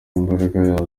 imbaraga